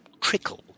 trickle